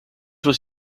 was